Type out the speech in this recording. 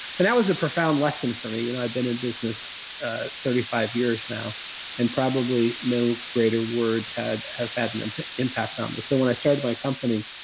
and that was a profound lesson for me. and i've been in business thirty five years now and probably no greater words have had an impact impact on me. so, when i started my company,